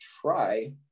try